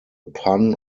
pun